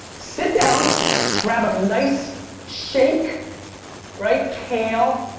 sit down grab a nice shake right, kale,